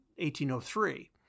1803